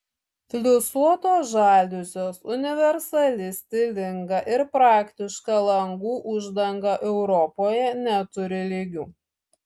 plisuotos žaliuzės universali stilinga ir praktiška langų uždanga europoje neturi lygių